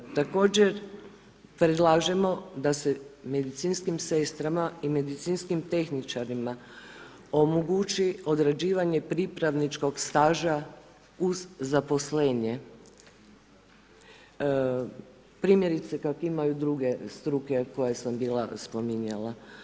Također predlažemo da se medicinskim sestrama i medicinskim tehničarima omogući odrađivanje pripravničkog staža uz zaposlenje, primjerice kako imaju druge struke koje sam bila spominjala.